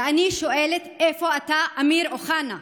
ואני שואלת: איפה אתה, אמיר אוחנה?